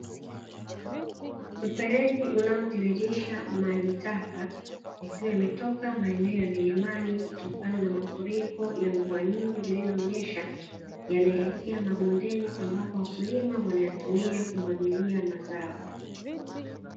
Mfereji unaotiririsha maji taka yakiwa yametoka maeneo ya milimani kutokana na mafuriko ya mvua nyingi zilizonyesha, yanaelekea mabondeni ambapo wakulima wanayatumia kumwagilia mazao.